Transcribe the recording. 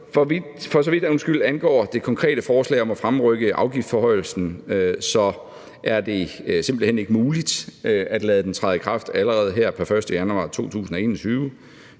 for så vidt angår det konkrete forslag om at fremrykke afgiftsforhøjelsen, er det simpelt hen ikke muligt at lade den træde i kraft allerede her fra den 1. januar 2021.